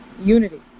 unity